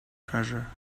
treasure